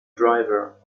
driver